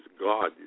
God